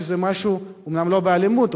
אומנם לא באלימות,